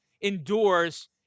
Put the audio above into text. endures